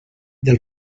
del